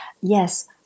Yes